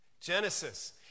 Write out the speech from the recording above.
Genesis